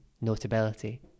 notability